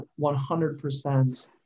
100